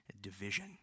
division